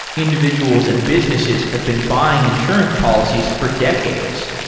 individuals and businesses have been buying insurance policies for decades.